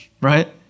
right